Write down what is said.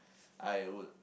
I would